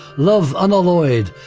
love unalloyed,